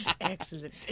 Excellent